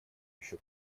еще